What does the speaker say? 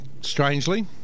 strangely